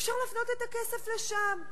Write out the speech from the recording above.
אפשר להפנות את הכסף לשם,